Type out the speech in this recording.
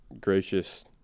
gracious